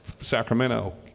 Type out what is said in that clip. Sacramento